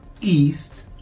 east